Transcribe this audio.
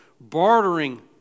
bartering